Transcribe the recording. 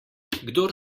kdor